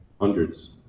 hundreds